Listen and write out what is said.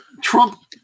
Trump